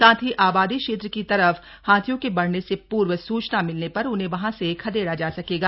साथ ही आबादी क्षेत्र की तरफ हाथियों के बढ़ने से पूर्व स्चना मिलने पर उन्हें वहां से खदेड़ा जा सकेगा